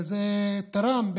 וזה תרם,